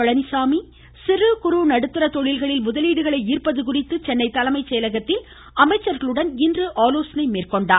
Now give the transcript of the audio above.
பழனிசாமி நடுத்தர தொழில்களில் முதலீடுகளை ஈா்ப்பது குறித்து சென்னை தலைமை செயலகத்தில் அமைச்சா்களுடன் இன்று ஆலோசனை மேற்கொண்டார்